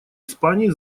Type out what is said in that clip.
испании